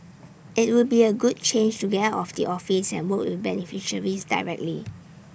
IT would be A good change to get out of the office and work with beneficiaries directly